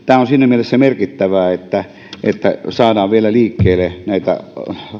tämä on siinä mielessä merkittävää että että saadaan vielä liikkeelle näitä